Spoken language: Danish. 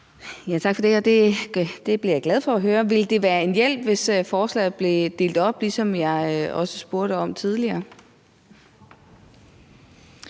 Tak for det, og det er jeg glad for at høre. Ville det være en hjælp, hvis forslaget blev delt op, som jeg også spurgte om tidligere?